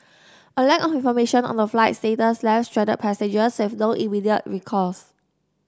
a lack of information on the flight's status left stranded passengers with no immediate recourse